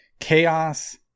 chaos